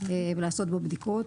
ולעשות בו בדיקות.